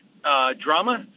drama